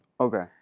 Okay